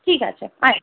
ঠিক আছে আয়